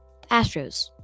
Astros